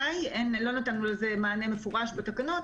לא נתנו לזה מענה מפורש בתקנות,